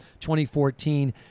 2014